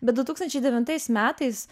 bet du tūkstančiai devintais metais